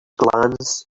glance